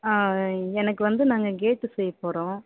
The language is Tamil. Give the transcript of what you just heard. ஆ எனக்கு வந்து நாங்கள் கேட்டு செய்யப் போகிறோம்